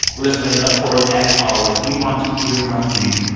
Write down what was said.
listeners, of course, as always we want to hear from you.